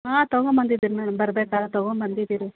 ಹಾಂ ತಗೊಂಡ್ ಬಂದಿದಿನಿ ಮೇಡಮ್ ಬರಬೇಕಾದ್ರೆ ತಗೊಂಡ್ ಬಂದಿದೀರಿ